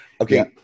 okay